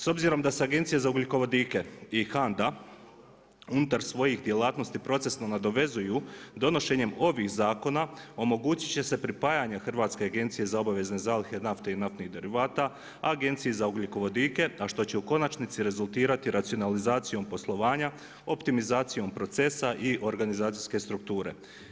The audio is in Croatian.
S obzirom da se Agencija za ugljikovodike i HANDA, unutar svojih djelatnosti procesno nadovezuju, donošenjem ovih zakona, omogućiti će se pripajanje Hrvatske agencije za obavezne zalihe nafte i naftnih derivata, a Agenciji za ugljikovodike, a što će u konačnici rezultirati racionalizacijom poslovanja, optimizacijom procesa i organizacijske strukture.